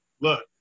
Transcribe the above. look